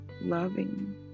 loving